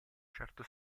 certo